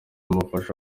n’umufasha